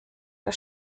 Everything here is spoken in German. der